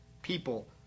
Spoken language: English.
People